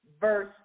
verse